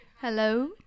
hello